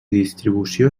distribució